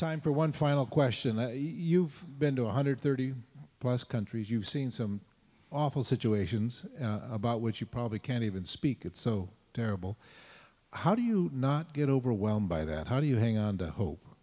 time for one final question that you've been to one hundred thirty plus countries you've seen some awful situations about which you probably can't even speak it's so terrible how do you not get overwhelmed by that how do you hang on to hope